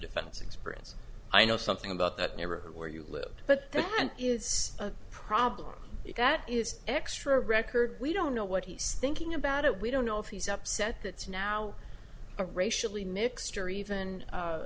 defense experience i know something about that era where you live but there is a problem that is extra record we don't know what he's thinking about it we don't know if he's upset that it's now a racially mixed or even a